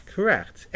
Correct